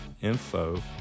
info